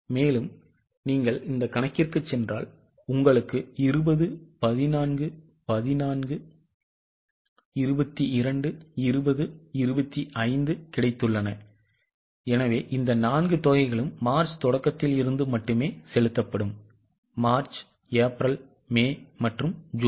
எனவே நீங்கள் இங்கு சென்றால் உங்களுக்கு 20 14 14 22 20 25 கிடைத்துள்ளன எனவே இந்த நான்கு தொகைகளும் மார்ச் தொடக்கத்தில் இருந்து மட்டுமே செலுத்தப்படும்மார்ச் ஏப்ரல் மே மற்றும் ஜூன்